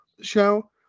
show